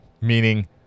meaning